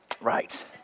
Right